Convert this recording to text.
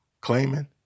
claiming